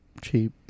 cheap